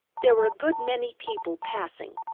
there were a good many people passing,